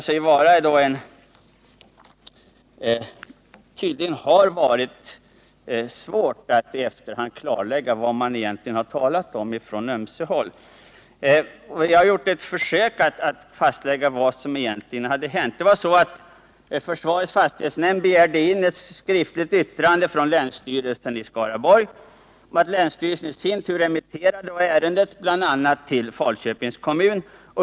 Det har tydligen varit svårt att i efterhand klarlägga vad man egentligen har talat om från ömse håll. Jag vill här göra ett försök att klarlägga vad som egentligen hänt. Försvarets fastighetsnämnd begärde ett skriftligt yttrande från länsstyrelsen i Skaraborgs län, och länsstyrelsen remitterde i sin tur ärendet bl.a. till Falköpings kommun.